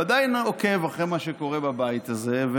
עדיין עוקב אחרי מה שקורה בבית הזה.